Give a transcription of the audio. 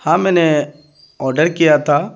ہاں میں نے آرڈر کیا تھا